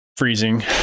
freezing